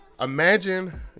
imagine